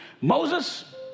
Moses